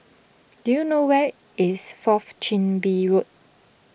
do you know where is Fourth Chin Bee Road